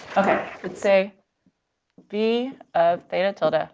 okay. let's say v of theta tilde ah